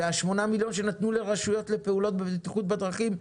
והשמונה מיליון שנתנו לרשויות לפעולות בבטיחות בדרכים,